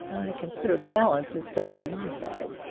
consider the balance is still on my side.